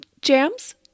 Jams